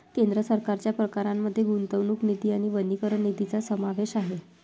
केंद्र सरकारच्या प्रकारांमध्ये गुंतवणूक निधी आणि वनीकरण निधीचा समावेश आहे